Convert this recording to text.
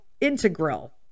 Integral